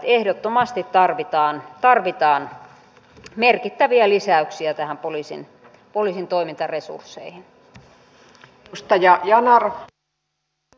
ehdottomasti tarvitaan merkittäviä lisäyksiä poliisin toimintaresursseihin